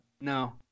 No